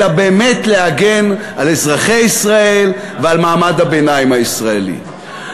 אלא באמת להגן על אזרחי ישראל ועל מעמד הביניים הישראלי,